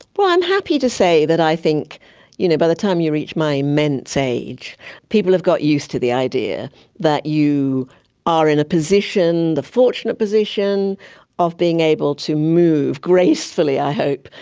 well, i'm happy to say that i think you know by the time you reach my immense age people have got used to the idea that you are in the fortunate position of being able to move, gracefully i hope,